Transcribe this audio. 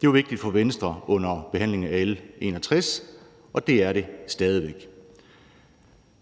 Det var vigtigt for Venstre under behandlingen af L 61, og det er det stadig væk.